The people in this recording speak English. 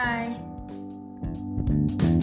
Bye